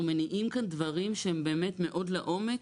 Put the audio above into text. אז אנחנו מניעים כאן דברים שהם באמת מאוד לעומק,